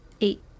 Eight